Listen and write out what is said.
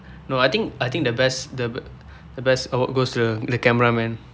no I think I think the best the be~ best award goes to the cameraman